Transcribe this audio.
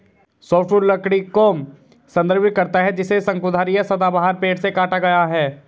softwood लकड़ी को संदर्भित करता है जिसे शंकुधारी या सदाबहार पेड़ से काटा गया है